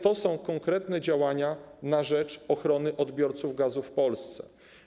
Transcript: To są konkretne działania na rzecz ochrony odbiorców gazu w Polsce.